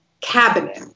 cabinet